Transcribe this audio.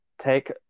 take